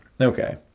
Okay